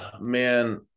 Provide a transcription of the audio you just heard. Man